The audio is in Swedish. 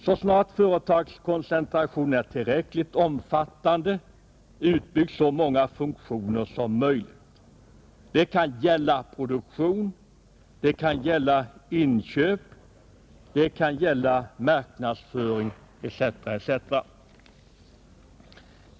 Så snart företagskoncentrationen är tillräckligt omfattande utbyggs så många funktioner som möjligt. Det kan gälla produktion, inköp, marknadsföring etc.